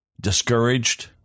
discouraged